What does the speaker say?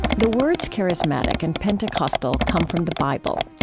the words charismatic and pentecostal come from the bible.